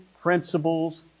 principles